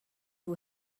who